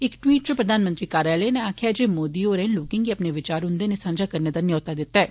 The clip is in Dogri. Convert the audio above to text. इक ट्वीट च प्रधानमंत्री कार्यालय नै आक्खेआ ऐ जे मोदी होरं लोके गी अपने विचार उन्दे नै सांझे करने दा नयौता दिता ऐ